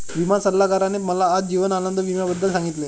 विमा सल्लागाराने मला आज जीवन आनंद विम्याबद्दल सांगितले